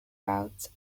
routes